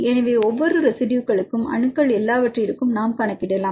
எனவே ஒவ்வொரு ரெசிடுயுகளுக்கும் அணுக்கள் எல்லாவற்றிற்கும் நாம் கணக்கிடலாம்